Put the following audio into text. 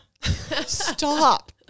stop